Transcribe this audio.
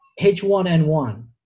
H1N1